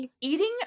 eating